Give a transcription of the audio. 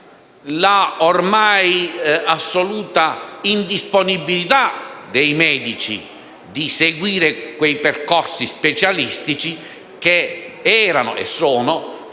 la ormai assoluta indisponibilità dei medici a seguire quei percorsi specialistici che erano e sono